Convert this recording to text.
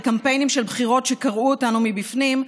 אחרי קמפיינים של בחירות שקרעו אותנו מבפנים,